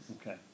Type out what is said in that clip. Okay